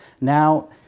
Now